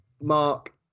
Mark